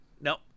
Nope